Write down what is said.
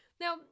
Now